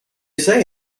say